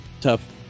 tough